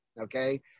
okay